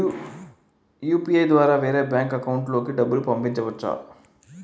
UPI ద్వారా వేరే bank account లోకి డబ్బులు పంపించవచ్చా?